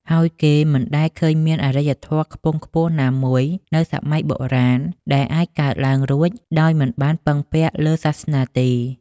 ហើយគេមិនដែលឃើញមានអរិយធម៌ខ្ពង់ខ្ពស់ណាមួយនៅសម័យបុរាណ ដែលអាចកើតឡើងរួចដោយមិនបានពឹងពាក់លើសាសនាទេ។